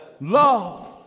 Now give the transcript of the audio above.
Love